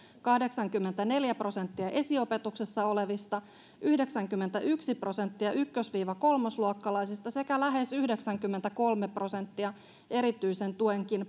kahdeksankymmentäneljä prosenttia esiopetuksessa olevista yhdeksänkymmentäyksi prosenttia ykkös kolmosluokkalaisista sekä lähes yhdeksänkymmentäkolme prosenttia erityisen tuen